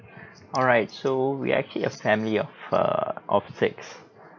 alright so we actually a family of err of six